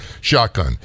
shotgun